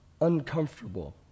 uncomfortable